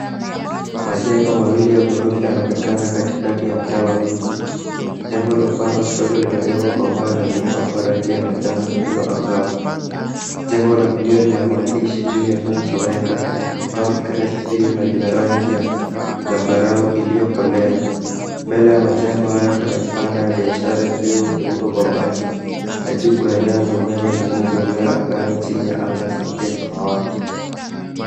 Majengo mawili ya ghorofa yanaonekana katikati ya mtaa wa mji. Jengo la upande wa kushoto limejengwa kwa mawe na limepakwa rangi ya manjano iliyo angavu. Jengo la kulia lina maandishi juu yanayosomeka north crest view na lina rangi ya zambarau iliyokolea. Mbele ya majengo haya kuna vibanda ya biashara vilivyofunikwa kwa bahati na juu kuna nyaya za umeme zinazoelea angani chini ya anga safia samawati.